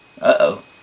Uh-oh